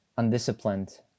undisciplined